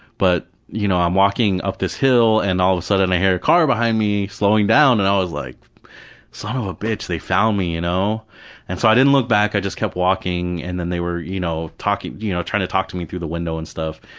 but you know i'm walking up this hill and all of a sudden i hear a car behind me slowing down, and i was like son of a bitch, they found me. you know so i didn't look back, i just kept walking and then they were you know yeah you know trying to talk to me through the window and stuff,